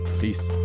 Peace